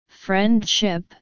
friendship